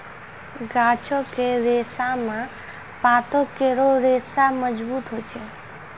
गाछो क रेशा म पातो केरो रेशा मजबूत होय छै